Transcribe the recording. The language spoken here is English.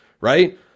right